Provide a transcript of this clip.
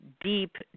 deep